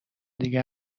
دیگه